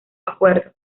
acuerdo